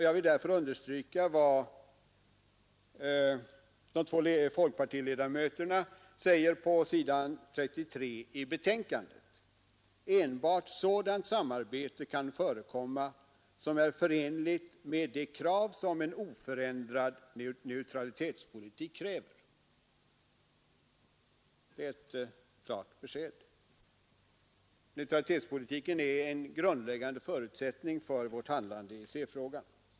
Jag vill därför understryka vad de två folkpartiledamöterna i utskottet säger på s. 33 i betänkandet: ”Enbart sådant samarbete kan förekomma som är förenligt med de krav som en oförändrad neutralitets Politik ställer.” Det är ett klart besked. Neutralitetspolitiken är en grundläggande förutsättning för vårt handlande i EEC-frågan.